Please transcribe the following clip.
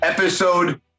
episode